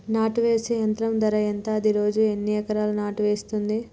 నాటు వేసే యంత్రం ధర ఎంత? అది రోజుకు ఎన్ని ఎకరాలు నాటు వేస్తుంది?